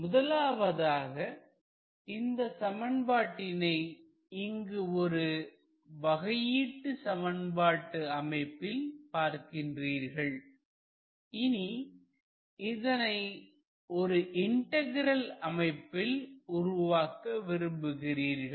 முதலாவதாக இந்த சமன்பாட்டினை இங்கு ஒரு வகையீட்டு சமன்பாடு அமைப்பில் பார்க்கின்றீர்கள் இனி இதனை ஒரு இன்டகிரல் அமைப்பில் உருவாக்க விரும்புகிறீர்கள்